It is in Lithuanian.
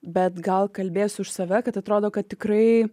bet gal kalbėsiu už save kad atrodo kad tikrai